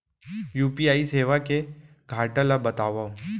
UPI सेवा के घाटा ल बतावव?